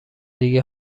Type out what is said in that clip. دیگه